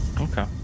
Okay